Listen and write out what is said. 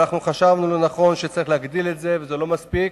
אנחנו חשבנו לנכון שצריך להגדיל את זה ושזה לא מספיק.